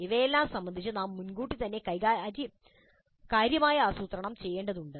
ഇവയെല്ലാം സംബന്ധിച്ച് നാം മുൻകൂട്ടി തന്നെ കാര്യമായ ആസൂത്രണം ചെയ്യേണ്ടതുണ്ട്